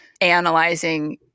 analyzing